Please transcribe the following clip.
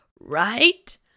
right